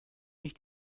nicht